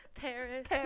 Paris